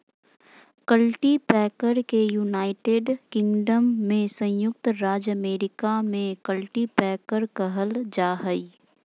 cultipacker के United Kingdom में संयुक्त राज्य अमेरिका में कल्टीपैकर कहल जा हइ